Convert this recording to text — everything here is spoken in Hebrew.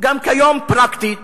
שגם כיום פרקטית